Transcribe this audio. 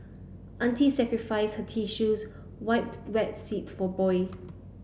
auntie sacrifices her tissue wipe wet seat for boy